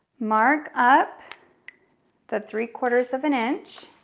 mark up the three quarters of an inch.